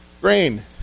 grain